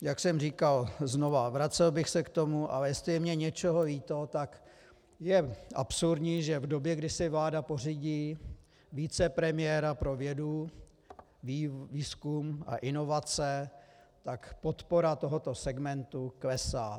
Jak jsem říkal, znovu vracel bych se k tomu, ale jestli mně je něčeho líto, tak je absurdní, že v době, kdy si vláda pořídí vicepremiéra pro vědu, výzkum a inovace, tak podpora tohoto segmentu klesá.